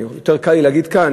ויותר לי להגיד כאן,